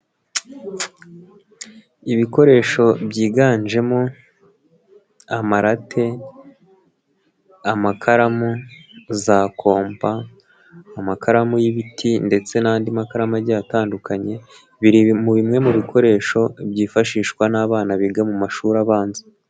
Ibikoresho byiganjemo, amarate, amakaramu za kompa, amakaramu y'ibiti ndetse n'andi makaramu agiye atandukanye, biri bimwe mu bikoresho, byifashishwa n'abana biga mu mashuri abanza.